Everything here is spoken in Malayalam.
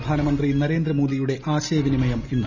പ്രധാനമന്ത്രി നരേന്ദ്രമോദിയുടെ ആശയവിനിമയം ഇന്ന്